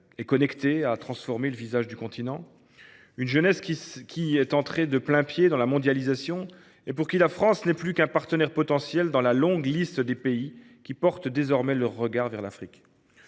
et connectée, a transformé le visage du continent. Cette jeunesse est entrée de plain pied dans la mondialisation ; pour elle, la France n’est plus qu’un partenaire potentiel dans la longue liste des pays qui portent désormais leur regard vers l’Afrique.